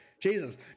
Jesus